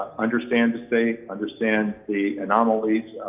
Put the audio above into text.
understand the state, understand the anomalies,